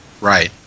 Right